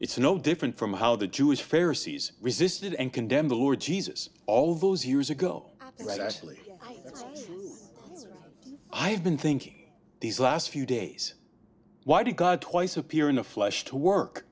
it's no different from how the jewish fair sees resisted and condemned the lord jesus all those years ago that actually i have been thinking these last few days why did god twice appear in the flesh to work